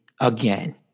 again